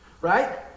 right